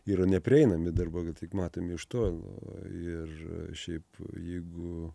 yra neprieinami darbai tik matomi iš tolo ir šiaip jeigu